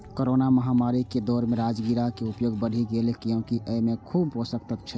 corona महामारी के दौर मे राजगिरा के उपयोग बढ़ि गैले, कियैकि अय मे खूब पोषक तत्व छै